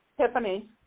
Tiffany